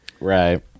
right